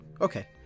okay